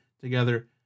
together